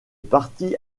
parti